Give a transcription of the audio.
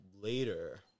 later